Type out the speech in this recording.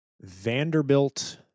Vanderbilt